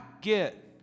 get